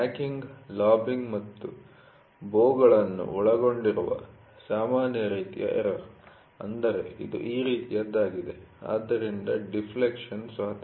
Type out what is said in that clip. snacking lobbying ಮತ್ತು ಬೊಗಳನ್ನು ಒಳಗೊಂಡಿರುವ ಸಾಮಾನ್ಯ ರೀತಿಯ ಎರರ್ ಅಂದರೆ ಇದು ಈ ರೀತಿಯದ್ದಾಗಿದೆ ಆದ್ದರಿಂದ ಡಿಪ್ಲಕ್ಷನ್ ಸ್ವತಃ